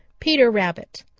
peter rabbit,